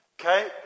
okay